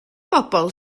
bobl